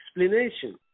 explanation